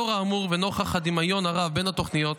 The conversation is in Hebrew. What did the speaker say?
לאור האמור, ונוכח הדמיון הרב בין התוכניות